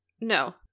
No